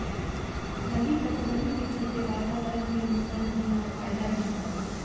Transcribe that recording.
खली पटवनी के चलते वातावरण के नुकसान ही ना फायदा भी बा